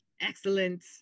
Excellent